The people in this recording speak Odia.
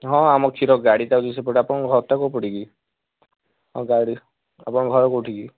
ହଁ ଆମ କ୍ଷୀର ଗାଡ଼ିଟା ଯାଉଛି ସେଇପଟେ ଆପଣଙ୍କ ଘରଟା କୋଉପଟେ କି ହଁ ଗାଡ଼ି ଆପଣଙ୍କ ଘର କୋଉଠି କି